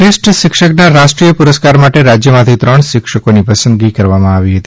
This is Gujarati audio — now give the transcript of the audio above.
શ્રેષ્ઠ શિક્ષકના રાષ્ટ્રીય પુરસ્કાર માટે રાજ્યમાંથી ત્રણ શિક્ષકોની પસંદગી કરવામાં આવી હતી